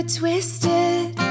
twisted